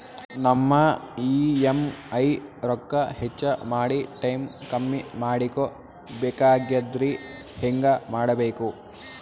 ನಮ್ಮ ಇ.ಎಂ.ಐ ರೊಕ್ಕ ಹೆಚ್ಚ ಮಾಡಿ ಟೈಮ್ ಕಮ್ಮಿ ಮಾಡಿಕೊ ಬೆಕಾಗ್ಯದ್ರಿ ಹೆಂಗ ಮಾಡಬೇಕು?